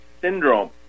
syndrome